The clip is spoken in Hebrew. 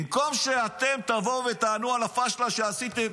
במקום שאתם תבואו ותענו על הפשלה שעשיתם,